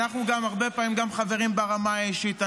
אנחנו הרבה פעמים חברים גם ברמה האישית,